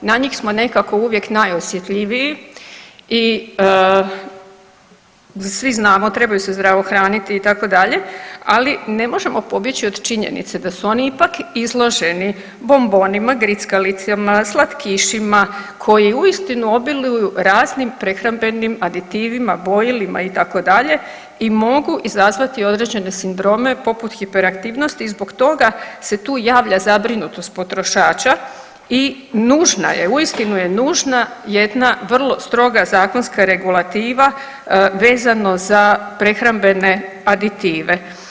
Na njih smo nekako uvijek najosjetljiviji i svi znamo trebaju se zdravo hraniti itd., ali ne možemo pobjeći od činjenice da su oni ipak izloženi bombonima, grickalicama, slatkišima koji uistinu obiluju raznim prehrambenim aditivima, bojilima itd., i mogu izazvati određene sindrome poput hiperaktivnosti i zbog toga se tu javlja zabrinutost potrošača i nužna je, uistinu je nužna jedna vrlo stroga zakonska regulativa vezano za prehrambene aditive.